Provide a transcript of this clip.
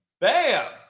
Bam